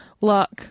luck